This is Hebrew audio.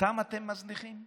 אותם אתם מזניחים?